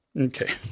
Okay